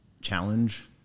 challenge